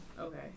Okay